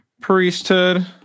priesthood